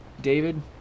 David